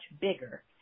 bigger